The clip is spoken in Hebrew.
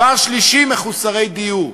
3. מחוסרי דיור,